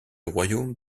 royaume